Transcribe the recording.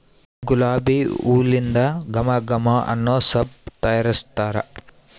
ಗುಲಾಬಿ ಹೂಲಿಂದ ಘಮ ಘಮ ಅನ್ನೊ ಸಬ್ಬು ತಯಾರಿಸ್ತಾರ